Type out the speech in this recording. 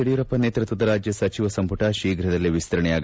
ಯಡಿಯೂರಪ್ಪ ನೇತೃತ್ವದ ರಾಜ್ಯ ಸಚಿವ ಸಂಪುಟ ಶೀಫ್ರದಲ್ಲೇ ವಿಸ್ತರಣೆಯಾಗಲಿದೆ